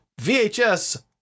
VHS